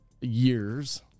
years